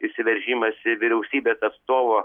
įsiveržimas į vyriausybės atstovo